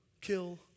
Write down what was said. kill